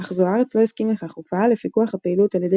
אך זו-ארץ לא הסכים לכך ופעל לפיקוח הפעילות על ידי